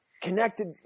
connected